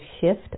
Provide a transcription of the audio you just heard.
shift